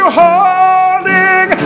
holding